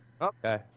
Okay